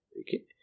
Okay